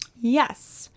Yes